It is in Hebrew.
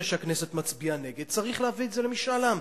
שהכנסת מצביעה נגד צריך להביא את זה למשאל עם.